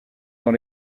dans